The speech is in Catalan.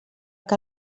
que